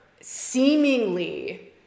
seemingly